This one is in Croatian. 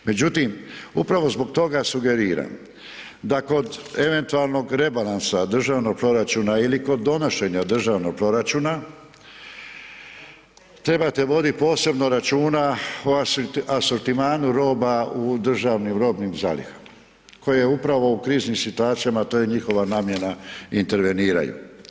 Međutim, upravo zbog toga sugeriram da kod eventualnog rebalansa državnog proračuna ili kod donošenja državnog proračuna trebate voditi posebno računa o asortimanu roba u državnim robnih zalihama koje upravo u kriznim situacija, a to je njihova namjena, interveniraju.